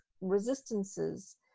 resistances